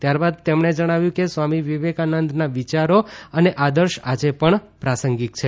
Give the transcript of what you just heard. ત્યારબાદ તેમણે જણાવ્યું કે સ્વામી વિવેકાનંદના વિચારો અને આદર્શ આજે પણ પ્રાંસગિક છે